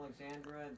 Alexandra